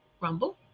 Rumble